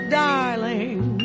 darling